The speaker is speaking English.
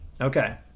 Okay